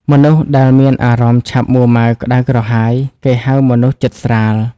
មនុស្សដែលមានអារម្មណ៍ឆាប់មួរម៉ៅក្តៅក្រហាយ គេហៅមនុស្សចិត្តស្រាល ។